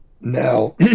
now